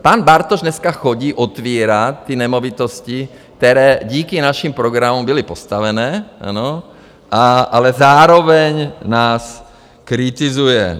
Pan Bartoš dneska chodí otevírat ty nemovitosti, které díky našim programům byly postaveny, ale zároveň nás kritizuje.